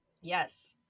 Yes